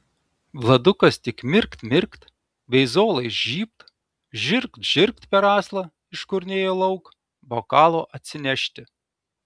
vladukas tik mirkt mirkt veizolais žybt žirgt žirgt per aslą iškurnėjo lauk bokalo atsinešti